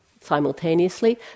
simultaneously